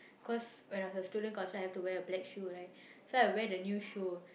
cause when I was a student counsellor I have to wear a black shoe right so I wear the new shoe